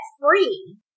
free